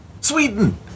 Sweden